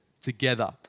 together